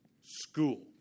school